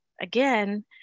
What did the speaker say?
Again